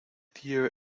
dear